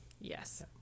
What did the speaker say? Yes